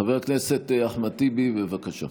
חבר הכנסת אחמד טיבי, בבקשה.